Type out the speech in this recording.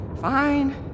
Fine